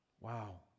Wow